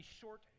short